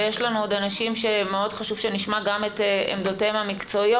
ויש לנו עוד אנשים שמאוד חשוב שנשמע גם את עמדותיהם המקצועיות.